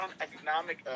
economic